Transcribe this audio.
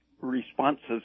responses